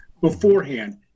beforehand